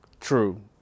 True